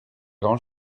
grand